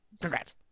congrats